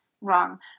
wrong